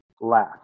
last